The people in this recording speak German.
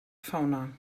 fauna